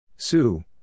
Sue